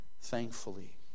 thankfully